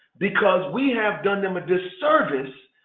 because we have done them a disservice,